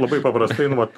labai paprastai nu vat